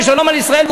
ושלום על ישראל,